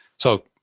so,